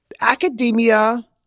academia